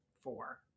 Four